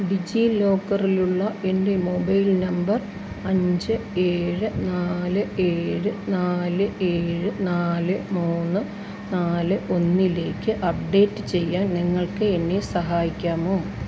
ഡിജിലോക്കറിലുള്ള എൻ്റെ mobile number അഞ്ച് ഏഴ് നാല് ഏഴ് നാല് ഏഴ് നാല് മൂന്ന് നാല് ഒന്നിലേക്ക് അപ്ഡേറ്റ് ചെയ്യാൻ നിങ്ങൾക്ക് എന്നെ സഹായിക്കാമോ